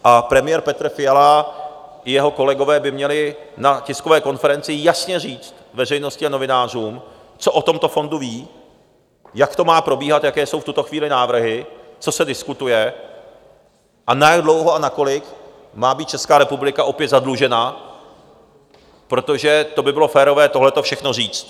A premiér Petr Fiala i jeho kolegové by měli na tiskové konferenci jasně říct veřejnosti a novinářům, co o tomto fondu vědí, jak to má probíhat, jaké jsou v tuto chvíli návrhy, co se diskutuje a na jak dlouho a na kolik má být Česká republika opět zadlužená, protože by bylo férové tohleto všechno říct.